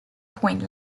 point